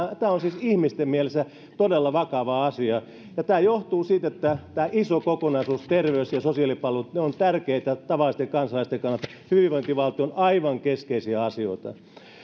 tämä on ihmisten mielestä todella vakava asia ja tämä johtuu siitä että tämä iso kokonaisuus terveys ja sosiaalipalvelut on tärkeä tavallisten kansalaisten kannalta hyvinvointivaltion aivan keskeisiä asioita